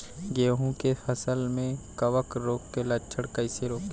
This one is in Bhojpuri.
गेहूं के फसल में कवक रोग के लक्षण कईसे रोकी?